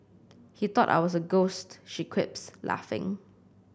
he thought I was a ghost she quips laughing